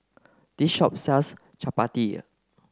this shop sells Chapati